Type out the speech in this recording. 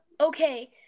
Okay